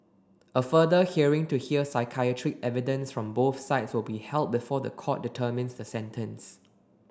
a further hearing to hear psychiatric evidence from both sides will be held before the court determines the sentence